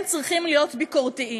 הם צריכים להיות ביקורתיים,